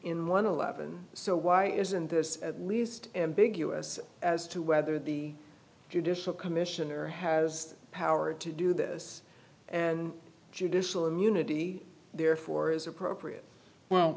eleven so why isn't this at least ambiguous as to whether the judicial commissioner has power to do this and judicial immunity therefore is appropriate well